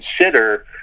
consider